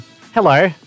Hello